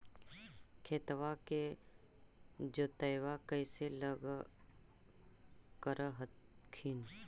खेतबा के जोतय्बा कैसे कर हखिन?